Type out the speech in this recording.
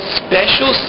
special